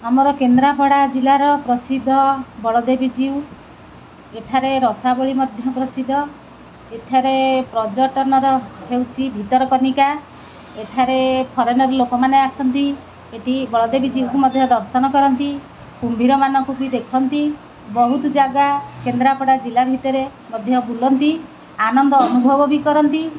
ଆମର କେନ୍ଦ୍ରାପଡ଼ା ଜିଲ୍ଲାର ପ୍ରସିଦ୍ଧ ବଳଦେବ ଜୀଉ ଏଠାରେ ରସାବଳି ମଧ୍ୟ ପ୍ରସିଦ୍ଧ ଏଠାରେ ପର୍ଯ୍ୟଟନର ହେଉଛି ଭିତରକନିକା ଏଠାରେ ଫରେନର୍ ଲୋକମାନେ ଆସନ୍ତି ଏଇଠି ବଳଦେବ ଜୀବକୁ ମଧ୍ୟ ଦର୍ଶନ କରନ୍ତି କୁମ୍ଭୀରମାନଙ୍କୁ ବି ଦେଖନ୍ତି ବହୁତ ଜାଗା କେନ୍ଦ୍ରାପଡ଼ା ଜିଲ୍ଲା ଭିତରେ ମଧ୍ୟ ବୁଲନ୍ତି ଆନନ୍ଦ ଅନୁଭବ ବି କରନ୍ତି